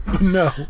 No